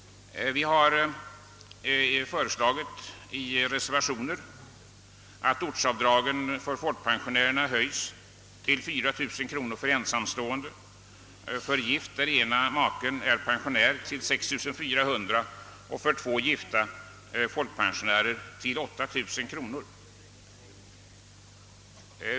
Vi har föreslagit i reservationen, att ortsavdragen skall höjas till 4000 kronor för ensamstående och för gifta, av vilka den ena maken är pensionär, till 6 400, samt för två folkpensionärer som är gifta med varandra till 8000 kronor.